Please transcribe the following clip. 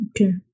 Okay